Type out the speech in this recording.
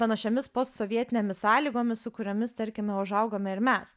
panašiomis postsovietinėmis sąlygomis su kuriomis tarkime užaugome ir mes